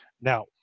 Now